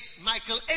Michael